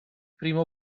prima